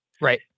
Right